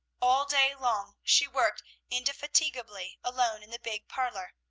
all day long she worked indefatigably alone in the big parlor.